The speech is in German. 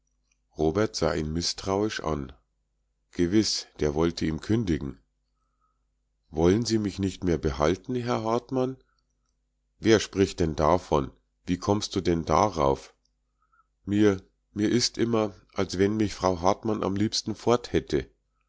robert sah ihn mißtrauisch an gewiß der wollte ihm kündigen wollen sie mich nicht mehr behalten herr hartman wer spricht denn davon wie kommst du denn darauf mir mir ist immer als wenn mich frau hartmann am liebsten